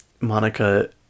Monica